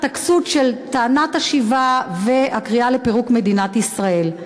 הכסות של טענת השיבה והקריאה לפירוק מדינת ישראל.